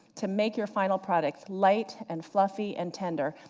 to make your final product light and fluffy and tender,